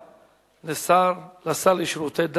6,